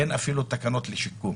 אין אפילו תקנות לשיקום,